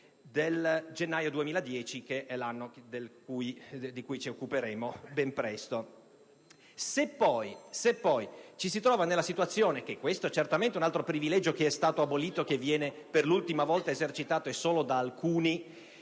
del gennaio 2010, che è l'anno di cui ci occuperemo ben presto. Se poi ci si trova nella situazione di esercitare anche un altro privilegio (che è stato abolito e che viene per l'ultima volta esercitato in